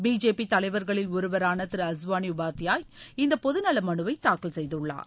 BJP தலைவர்களில் ஒருவரான திரு அஸ்வாளி உபாத்தியாய் இந்த பொது நல மனுவை தாக்கல் செய்குள்ளார்